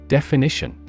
Definition